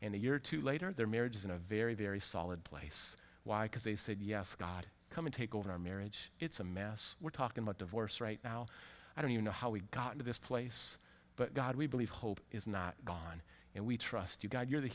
in a year or two later their marriage is in a very very solid place why because they said yes god come in take over our marriage it's a mess we're talking about divorce right now i don't you know how we got to this place but god we believe hope is not gone and we trust you god you're the